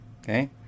okay